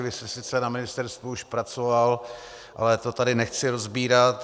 Vy jste sice na ministerstvu už pracoval, ale to tady nechci rozebírat.